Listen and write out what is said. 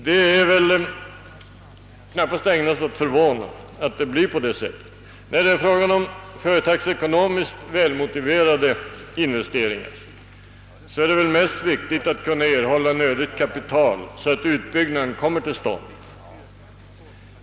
Det är väl knapapst ägnat att förvåna att det blir på det sättet. När det är fråga om företagsekonomiskt välmotiverade investeringar är det väl viktigast att erhålla nödigt kapital så att utbyggnaden kommer till stånd.